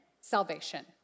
salvation